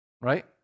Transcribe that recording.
right